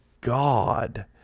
God